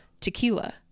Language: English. tequila